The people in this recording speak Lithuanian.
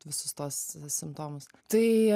visus tuos simptomus tai